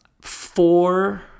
Four